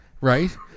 right